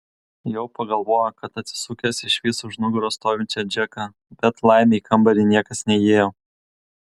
jau pagalvojo kad atsisukęs išvys už nugaros stovinčią džeką bet laimė į kambarį niekas neįėjo